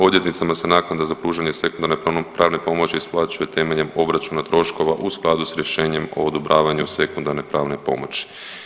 Odvjetnicima se naknada za pružanje sekundarne pravne pomoći isplaćuje temeljem obračuna troškova u skladu s rješenjem o odobravanju sekundarne pravne pomoći.